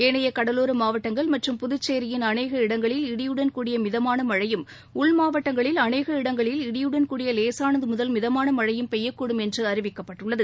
ஏனைய கடலோர மாவட்டங்கள் மற்றும் புதுச்சேரியின் அனேக இடங்களில் இடியுடன் கூடிய மிதமான மழையும் உள் மாவட்டங்களில் அனேக இடங்களில் இடியுடன் கூடிய லேசானது முதல் மிதமான மழையும் பெய்யக்கூடும் என்று அறிவிக்கப்பட்டுள்ளது